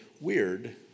weird